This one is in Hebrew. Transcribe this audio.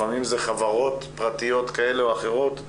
לפעמים זה חברות פרטיות כאלה או אחרות.